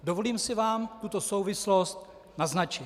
Dovolím si vám tuto souvislost naznačit.